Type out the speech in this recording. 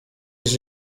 est